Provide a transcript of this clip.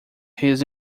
his